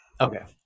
Okay